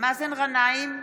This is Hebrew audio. מאזן גנאים,